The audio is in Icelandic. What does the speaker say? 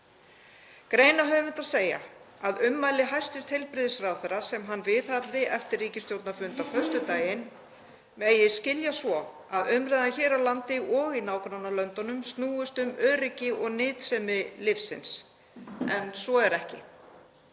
Greinarhöfundar segja að ummæli hæstv. heilbrigðisráðherra, sem hann viðhafði eftir ríkisstjórnarfund á föstudaginn, megi skilja svo að umræðan hér á landi og í nágrannalöndunum snúist um öryggi og nytsemi lyfsins. En svo er ekki.